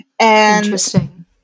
Interesting